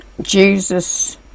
Jesus